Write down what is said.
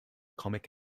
comic